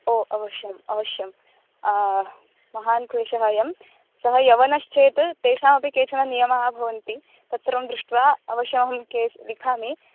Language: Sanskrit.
ओ अवश्यम् अवश्यं महान् क्लेषः अयं सः यवनश्चेत् तेषाम् अपि केचन नियमाः भवन्ति पत्रं दृष्ट्वा अवश्यम् अहं केस् लिखामि